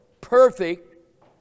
perfect